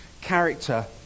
character